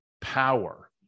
Power